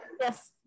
Yes